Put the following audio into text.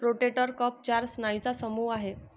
rotator cuff चार स्नायूंचा समूह आहे